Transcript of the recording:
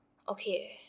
okay